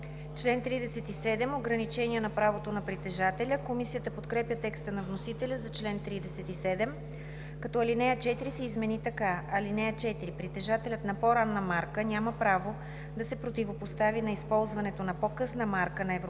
„Член 37 – Ограничения на правото на притежателя“. Комисията подкрепя текста на вносителя за чл. 37, като ал. 4 се измени така: „(4) Притежателят на по-ранна марка няма право да се противопостави на използването на по-късна марка на Европейския